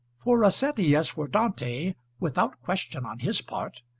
for rossetti, as for dante, without question on his part,